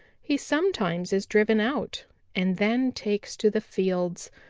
he sometimes is driven out and then takes to the fields,